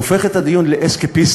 הופך את הדיון לאסקפיסטי,